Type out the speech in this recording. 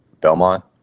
Belmont